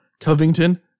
Covington